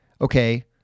okay